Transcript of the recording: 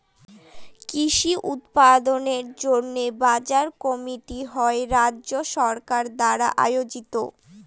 কৃষি উৎপাদনের জন্য বাজার কমিটি হয় রাজ্য সরকার দ্বারা আয়োজিত